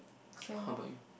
how about you